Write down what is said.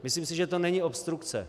Myslím si, že to není obstrukce.